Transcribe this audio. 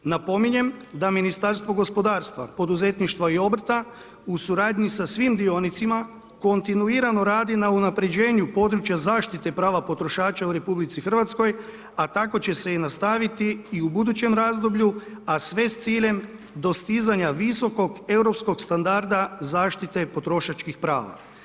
Napominjem da Ministarstvo gospodarstva, poduzetništva i obrta u suradnji sa svim dionicima, kontinuirano rado na unaprjeđenju područja zaštite prava potrošača u RH a tako će se i nastaviti i u budućem razdoblju a sve s ciljem dostizanja visokog europskog standarda zaštite potrošačkih prava.